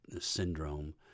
syndrome